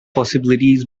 possibilities